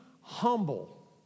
humble